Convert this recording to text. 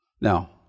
Now